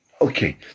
Okay